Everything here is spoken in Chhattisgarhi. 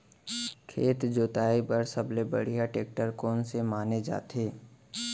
खेत जोताई बर सबले बढ़िया टेकटर कोन से माने जाथे?